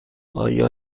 آیا